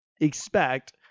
expect